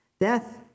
Death